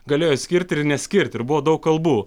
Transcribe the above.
galėjo skirti ir neskirti ir buvo daug kalbų